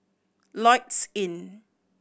Lloyds Inn